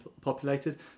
populated